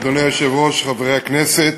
אדוני היושב-ראש, חברי הכנסת,